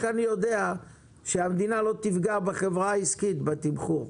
אני יודע שהמדינה לא תפגע בחברה העסקית בתמחור,